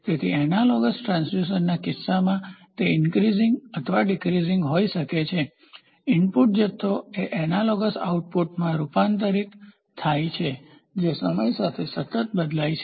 તેથી એનાલોગસ ટ્રાંસડ્યુસરના કિસ્સામાં તે ઈન્ક્રીઝીંગ અથવા ડીક્રીઝીંગ હોય શકે છે ઇનપુટ જથ્થો એ એનાલોગ આઉટપુટમાં રૂપાંતરિત થાય છે જે સમય સાથે સતત બદલાય છે